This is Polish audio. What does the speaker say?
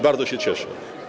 Bardzo się cieszę.